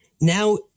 Now